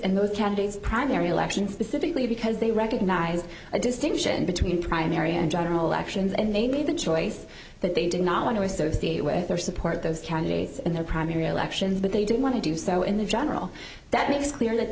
counties primary elections the civically because they recognize a distinction between primary and general elections and they made the choice they did not want to associate with their support those candidates in their primary elections but they didn't want to do so in the general that makes clear that